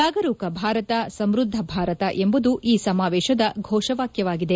ಜಾಗರೂಕ ಭಾರತ ಸಮ್ಬದ್ದ ಭಾರತ ಎಂಬುದು ಈ ಸಮಾವೇಶದ ಘೋಷವಾಕ್ಯವಾಗಿದೆ